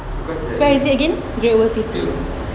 because there is great old city